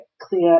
clear